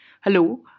hello